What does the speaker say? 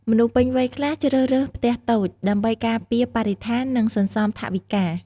មនុស្សពេញវ័យខ្លះ ជ្រើសរើសផ្ទះតូច ដើម្បីការពារបរិស្ថាន និង សន្សំថវិកា។